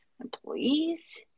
employees